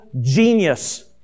genius